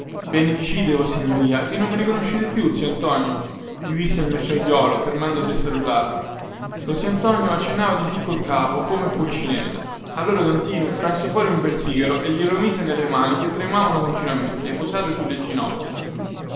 gli avventori benedicite vossignoria che non mi riconoscete più zio antonio gli disse il merciaiuolo fermandosi a salutarlo lo zio antonio accennava di sì col capo come pulcinella allora don tinu trasse fuori un bel sigaro e glielo mise nelle mani che tremavano continuamente posate sulle ginocchia